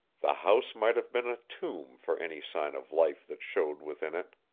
the house might have been a tomb for any sign of life that showed within it.